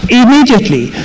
immediately